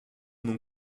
nom